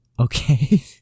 okay